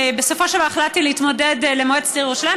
בסופו של דבר החלטתי להתמודד למועצת העיר ירושלים.